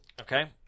okay